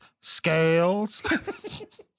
scales